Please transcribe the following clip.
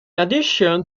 addition